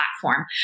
platform